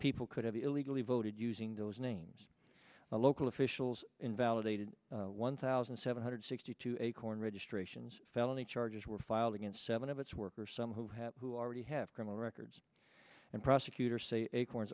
people could have illegally voted using those names local officials invalidated one thousand seven hundred sixty two acorn registrations felony charges were filed against seven of its workers some who have who already have criminal records and prosecutors say acorn